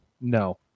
No